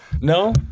No